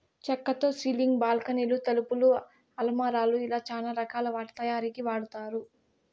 చక్కతో సీలింగ్, బాల్కానీలు, తలుపులు, అలమారాలు ఇలా చానా రకాల వాటి తయారీకి వాడతారు